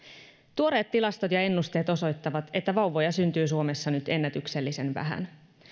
tuoreet tilastot ja ennusteet osoittavat että vauvoja syntyy suomessa nyt ennätyksellisen vähän